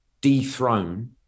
dethrone